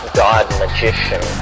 god-magician